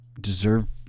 deserve